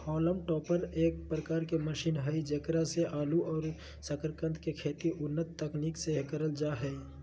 haulm topper एक प्रकार के मशीन हई जेकरा से आलू और सकरकंद के खेती उन्नत तकनीक से करल जा हई